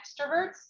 extroverts